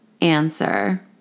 answer